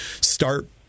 start